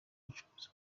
bucuruzi